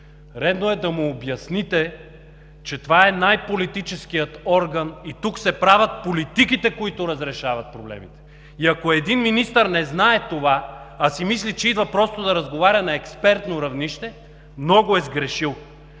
Редно е да му обясните, че това е най-политическият орган и тук се правят политиките, които разрешават проблемите. Ако един министър не знае това, а си мисли, че идва просто да разговаря на експертно равнище, много е сгрешил.